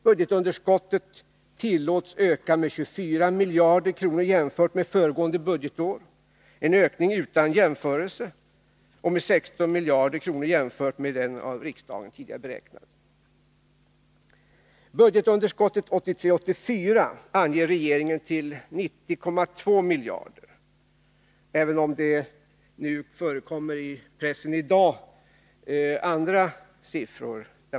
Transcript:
Budgetunderskottet tillåts öka med 24 miljarder kronor jämfört med föregående budgetår — en ökning utan jämförelse — och med 16 miljarder kronor jämfört med det av riksdagen tidigare beräknade. Budgetunderskottet 1983/84 anger regeringen till 90,2 miljarder kronor. I dag förekommer i pressen andra siffror.